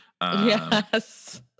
Yes